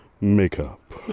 makeup